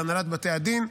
והנהלת בתי הדין.